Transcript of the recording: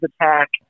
attack